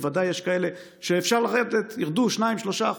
בוודאי יש כאלה שאפשר לרדת, ירדו 2% 3%,